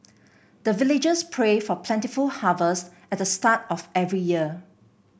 the villagers pray for plentiful harvest at the start of every year